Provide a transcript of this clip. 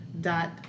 dot